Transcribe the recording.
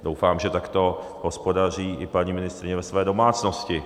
Doufám, že takto hospodaří i paní ministryně ve své domácnosti.